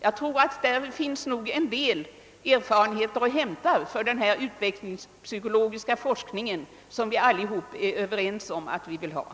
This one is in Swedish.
Här finns nog en del erfarenheter att hämta för den utvecklingspsykologiska forskning som vi alla önskar.